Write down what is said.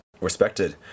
respected